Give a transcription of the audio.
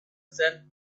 sand